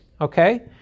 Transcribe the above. okay